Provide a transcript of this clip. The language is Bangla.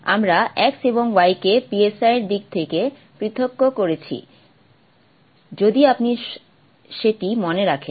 আমরা x এবং y কে এর দিক থেকে পৃথক করেছি যদি আপনি সেটি মনে রাখেন